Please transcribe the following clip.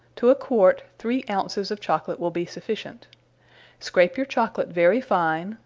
to a quart, three ounces of chocolate will be sufficient scrape your chocolate very fine,